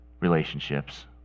relationships